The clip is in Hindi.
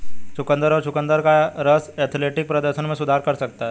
चुकंदर और चुकंदर का रस एथलेटिक प्रदर्शन में सुधार कर सकता है